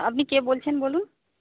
আপনি কে বলছেন বলুন